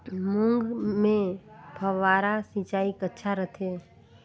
मूंग मे फव्वारा सिंचाई अच्छा रथे?